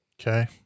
Okay